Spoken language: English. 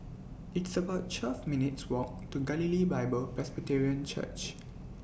It's about twelve minutes' Walk to Galilee Bible Presbyterian Church